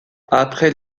après